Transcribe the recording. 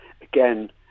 again